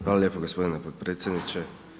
Hvala lijepo g. potpredsjedniče.